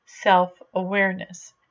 self-awareness